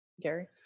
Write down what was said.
Gary